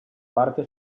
parte